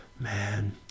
Man